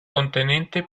contenente